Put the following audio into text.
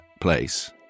place